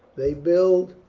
they build,